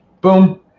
Boom